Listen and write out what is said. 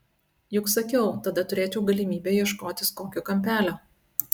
juk sakiau tada turėčiau galimybę ieškotis kokio kampelio